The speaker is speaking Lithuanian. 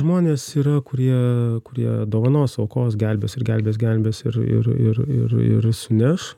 žmonės yra kurie kurie dovanos aukos gelbės ir gelbės gelbės ir ir ir ir ir suneš